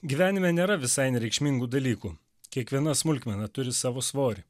gyvenime nėra visai nereikšmingų dalykų kiekviena smulkmena turi savo svorį